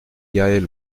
yaël